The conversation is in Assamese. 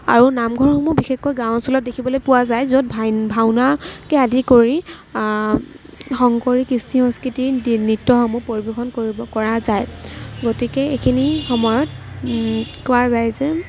আৰু নামঘৰসমূহ বিশেষকৈ গাঁও অঞ্চলত দেখিবলৈ পোৱা যায় য'ত ভাওনাকে আদি কৰি শংকৰী কৃষ্টি সংস্কৃতি নৃত্যসমূহ পৰিৱেশন কৰিব কৰা যায় গতিকে এইখিনি সময়ত কোৱা যায় যে